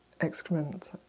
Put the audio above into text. excrement